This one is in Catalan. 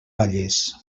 vallès